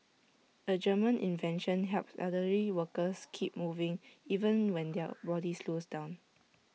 A German invention helps elderly workers keep moving even when their body slows down